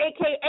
aka